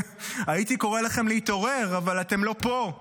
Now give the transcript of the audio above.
הייתי קורא לכם להתעורר, אבל אתם לא פה,